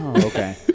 okay